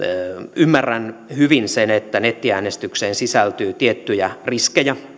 ymmärrän hyvin sen että nettiäänestykseen sisältyy tiettyjä riskejä